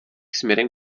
směrem